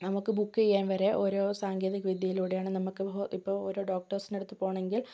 നമുക്ക് ബുക്ക് ചെയ്യാൻ വരെ ഓരോ സാങ്കേതിക വിദ്യയിലൂടെയാണ് നമുക്ക് ഇപ്പം ഓരോ ഡോക്ടർസ്ൻ്റെ അടുത്ത് പോകണമെങ്കിൽ